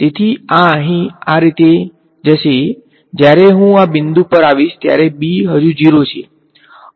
તેથી આ અહી આ રીતે જશે જ્યારે હું આ બિંદુ પર આવીશ ત્યારે b હજુ 0 છે